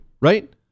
right